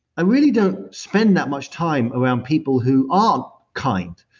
i really don't spend that much time around people who are kind,